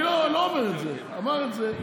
אני לא אומר את זה, אמר את זה,